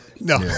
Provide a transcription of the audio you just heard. No